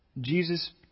Jesus